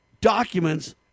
documents